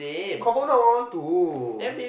confirm not one one two